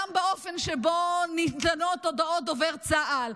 גם באופן שבו ניתנות הודעות דובר צה"ל.